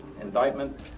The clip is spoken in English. Indictment